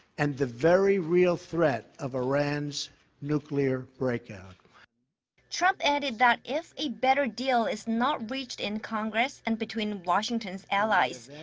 and the very real threat of iran's nuclear breakout trump added that, if a better deal is not reached in congress and between washington's allies.